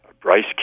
Bryce